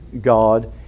God